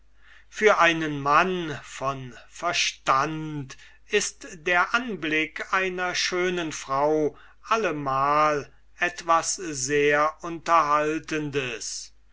für einen mann von verstande ist der anblick einer schönen frau allemal etwas sehr unterhaltendes